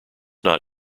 not